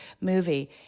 movie